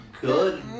Good